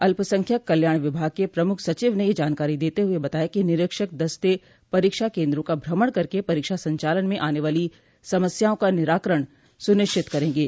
अल्पसंख्यक कल्याण विभाग क प्रमुख सचिव ने यह जानकारी देत हुए बताया कि निरीक्षक दस्ते परीक्षा केन्द्रों का भ्रमण करके परीक्षा संचालन में आने वाली समस्याओं का निराकरण सुनिश्चित करेंगे